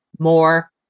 more